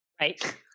Right